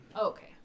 Okay